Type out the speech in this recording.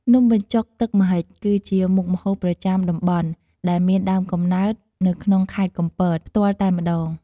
នំបញ្ចុកទឹកម្ហិច គឺជាមុខម្ហូបប្រចាំតំបន់ ដែលមានដើមកំណើតនៅក្នុងខេត្តកំពត ផ្ទាល់តែម្តង។